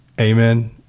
Amen